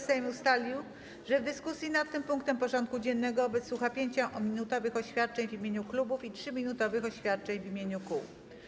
Sejm ustalił, że w dyskusji nad tym punktem porządku dziennego wysłucha 5-minutowych oświadczeń w imieniu klubów i 3-minutowych oświadczeń w imieniu kół.